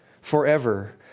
forever